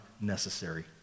necessary